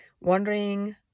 wondering